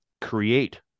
create